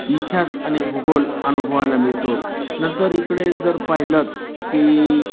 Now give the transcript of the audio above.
इतिहास आणि भूगोल अनुभवायला मिळतो नंतर इकडे जर पाहिलंत की